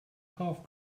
half